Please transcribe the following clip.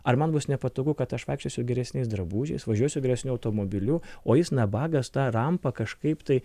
ar man bus nepatogu kad aš vaikščiosiu geresniais drabužiais važiuosiu geresniu automobiliu o jis nabagas ta rampa kažkaip tai